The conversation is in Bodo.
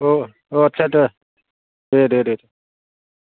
औ औ आच्चा आच्चा दे दे दे